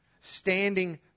Standing